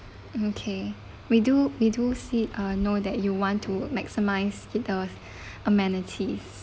okay we do we do see uh know that you want to maximise the amenities